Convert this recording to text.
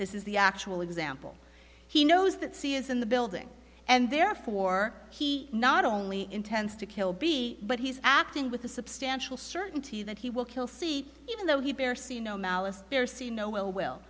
this is the actual example he knows that c is in the building and therefore he not only intends to kill b but he's acting with a substantial certainty that he will kill seat even though he bears see no malice there see no ill w